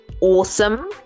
awesome